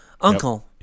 uncle